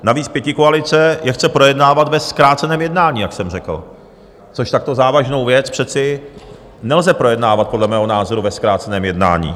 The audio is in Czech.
Navíc pětikoalice je chce projednávat ve zkráceném jednání, jak jsem řekl, což takto závažnou věc přece nelze projednávat podle mého názoru ve zkráceném jednání.